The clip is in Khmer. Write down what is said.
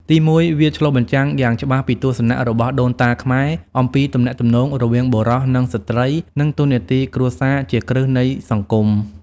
ទីមួយ វាឆ្លុះបញ្ចាំងយ៉ាងច្បាស់ពីទស្សនៈរបស់ដូនតាខ្មែរអំពីទំនាក់ទំនងរវាងបុរសនិងស្ត្រី និងតួនាទីគ្រួសារជាគ្រឹះនៃសង្គម។